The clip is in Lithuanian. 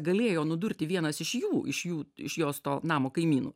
galėjo nudurti vienas iš jų iš jų iš jos to namo kaimynų